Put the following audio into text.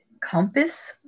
compass